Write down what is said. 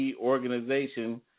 organization